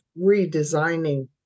redesigning